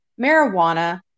marijuana